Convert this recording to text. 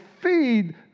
feed